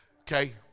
Okay